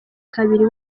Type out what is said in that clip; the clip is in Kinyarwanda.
kabiri